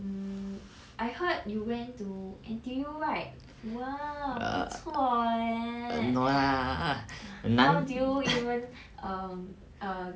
mm I heard you went to N_T_U right !wah! 不错 eh how do you even un err